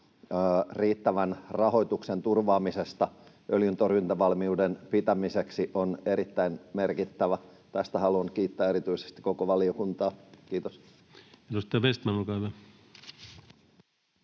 riittävän rahoituksen turvaamisesta öljyntorjuntavalmiuden pitämiseksi on erittäin merkittävä. Tästä haluan kiittää erityisesti koko valiokuntaa. — Kiitos. [Speech 395] Speaker: